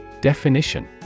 Definition